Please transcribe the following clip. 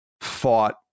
fought